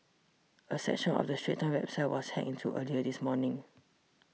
a section of the Straits Times website was hacked into earlier this morning